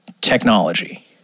technology